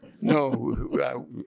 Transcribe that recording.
No